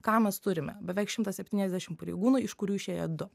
ką mes turime beveik šimtą septyniasdešim pareigūnų iš kurių išėję du